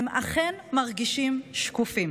הם אכן מרגישים שקופים,